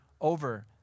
over